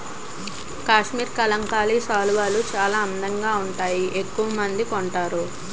కాశ్మరీ కలంకారీ శాలువాలు చాలా అందంగా వుంటాయని ఎక్కవమంది కొంటారు